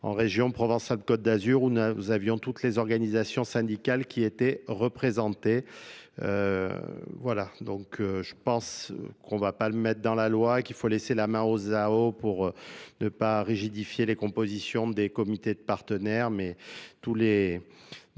en région Provence halet d'azur où nous avions toutes les organisations syndicales qui étaient représentées. Voilà donc, je pense qu'on va pas le mettre dans la loi, qu'il faut laisser la main au Zao pour ne pas rigidifier les compositions des comités de partenaires, mais tous les